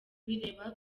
bireba